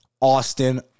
Austin